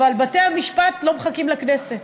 אבל בתי המשפט לא מחכים לכנסת,